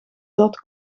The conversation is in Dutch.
dot